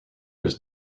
was